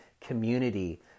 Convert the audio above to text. Community